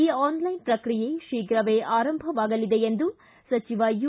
ಈ ಆನ್ಲೈನ್ ಪ್ರಕ್ರಿಯೆ ಶೀಘವೇ ಆರಂಭವಾಗಲಿದೆ ಎಂದು ಸಚಿವ ಯು